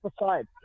aside